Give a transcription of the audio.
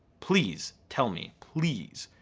please tell me, please.